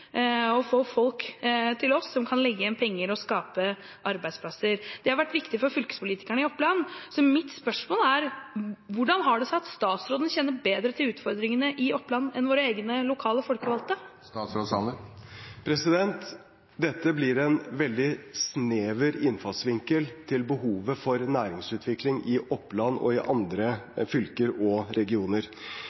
å få folk til oss som kan legge igjen penger og skape arbeidsplasser. Det har vært viktig for fylkespolitikerne i Oppland. Så mitt spørsmål er: Hvordan har det seg at statsråden kjenner bedre til utfordringene i Oppland enn våre egne lokale folkevalgte? Dette blir en veldig snever innfallsvinkel til behovet for næringsutvikling i Oppland og i andre fylker og regioner.